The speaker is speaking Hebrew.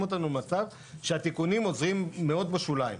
אותנו למצב שהתיקונים עוזרים מאוד בשוליים.